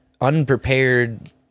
unprepared